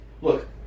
Look